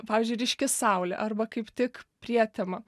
pavyzdžiui ryški saulė arba kaip tik prietema